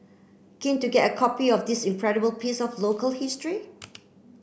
keen to get a copy of this incredible piece of local history